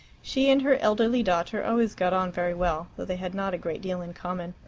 she and her elderly daughter always got on very well, though they had not a great deal in common.